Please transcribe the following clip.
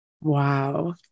Wow